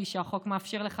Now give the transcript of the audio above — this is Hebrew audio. כפי שהחוק מאפשר לך,